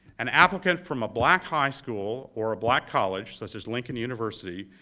an applicant from a black high school or a black college, such as lincoln university,